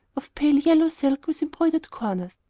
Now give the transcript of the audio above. of pale yellow silk with embroidered corners,